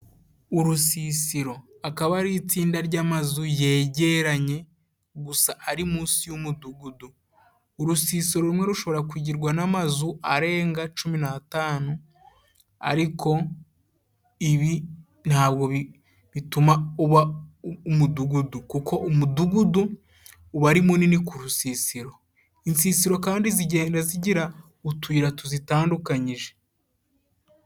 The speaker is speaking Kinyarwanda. Urusisiro akaba ari itsinda ry'amazu yegeranye gusa ari munsi y'umudugudu. Urusisiro rumwe rushobora kugirwa n'amazu arenga cumi n'atanu ariko ibi ntabwo bituma uba umudugudu kuko umudugudu wari munini ku rusisiro. Insisiro kandi zigenda zigira utuyira tuzitandukanyije.